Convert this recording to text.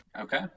Okay